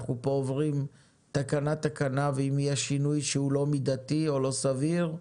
אנחנו פה עוברים תקנה תקנה ואם יש שינוי שהוא לא מידתי או לא סביר,